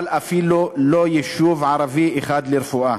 אבל אפילו לא יישוב ערבי אחד לרפואה,